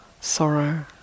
sorrow